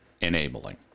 enabling